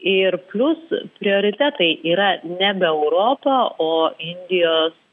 ir plius prioritetai yra nebe europa o indijos